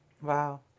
Wow